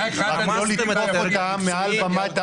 --- רק לא לתקוף אותם מעל במת האו"ם,